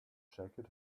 jacket